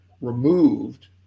removed